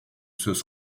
söz